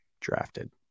drafted